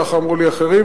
ככה אמרו לי אחרים,